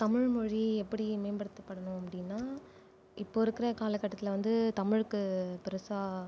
தமிழ் மொழி எப்படி மேம்படுத்தப்படணும் அப்படின்னா இப்போ இருக்கிற காலகட்டத்தில் வந்து தமிழுக்கு பெருசாக